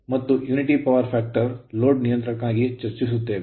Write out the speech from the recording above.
ಮತ್ತು unit power factor load ನಿಯಂತ್ರಣಕ್ಕಾಗಿ ಚರ್ಚಿಸುತ್ತೇವೆ